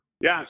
Yes